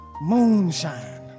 Moonshine